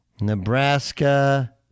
Nebraska